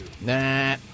Nah